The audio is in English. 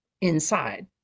inside